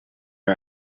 her